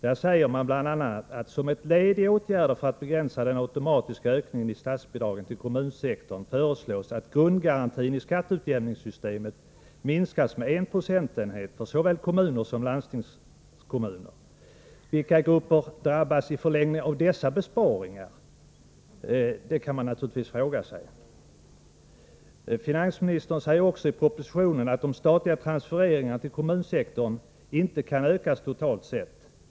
Där sägs bl.a.: ”Som ett led i åtgärder för att begränsa den automatiska ökningen i statsbidragen till kommunsektorn föreslås att grundgarantin i skatteutjämningssystemet minskas med en procentenhet för såväl kommuner som landstingskommuner.” Vilka grupper drabbas i förlängningen av dessa besparingar? Det kan man naturligtvis fråga sig. Finansministern säger också i propositionen att de statliga transfereringarna till kommunsektorn inte kan ökas totalt sett.